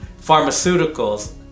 pharmaceuticals